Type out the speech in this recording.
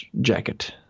jacket